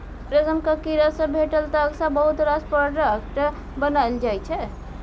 रेशमक कीड़ा सँ भेटल ताग सँ बहुत रास प्रोडक्ट बनाएल जाइ छै